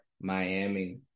Miami